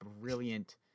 brilliant